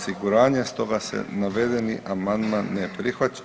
Stoga se navedeni amandman ne prihvaća.